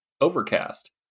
overcast